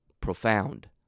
Profound